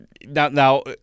now